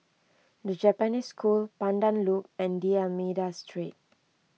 the Japanese School Pandan Loop and D'Almeida Street